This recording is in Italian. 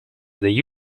degli